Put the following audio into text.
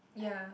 ya